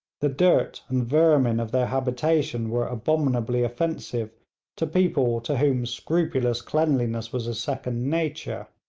the dirt and vermin of their habitation were abominably offensive to people to whom scrupulous cleanliness was a second nature.